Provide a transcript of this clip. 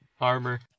Armor